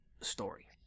story